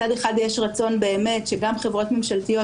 מצד אחד יש רצון באמת שגם חברות ממשלתיות,